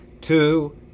two